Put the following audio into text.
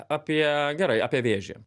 apie gerai apie vėžį